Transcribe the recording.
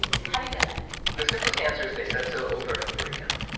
how do you know that the simplest answer is they said so over and over again.